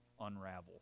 unravel